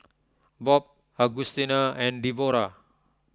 Bob Augustina and Debora